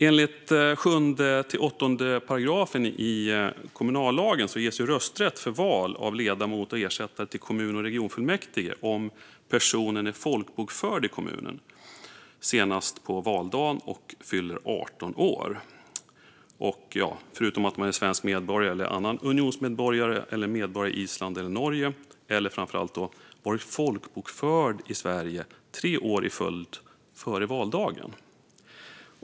Enligt 7 och 8 § i kommunallagen ges rösträtt för val av ledamot och ersättare till kommun och regionfullmäktige om personen är folkbokförd i kommunen, fyller 18 år senast på valdagen, är svensk medborgare eller annan unionsmedborgare, är medborgare i Island eller Norge eller har varit folkbokförd i Sverige tre år i följd före valdagen.